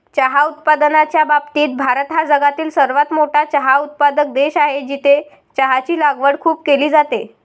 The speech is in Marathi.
चहा उत्पादनाच्या बाबतीत भारत हा जगातील सर्वात मोठा चहा उत्पादक देश आहे, जिथे चहाची लागवड खूप केली जाते